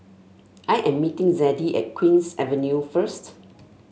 I am meeting Zadie at Queen's Avenue first